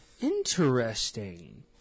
Interesting